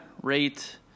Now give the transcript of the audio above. rate